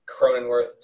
Cronenworth